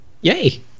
Yay